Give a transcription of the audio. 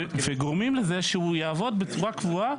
וגורמים לזה שהוא יעבוד בצורה קבועה,